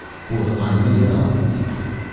for i may not leave thee,